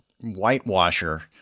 whitewasher